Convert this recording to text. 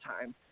time